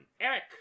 Eric